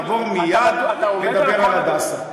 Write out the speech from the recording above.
נעבור מייד לדבר על "הדסה".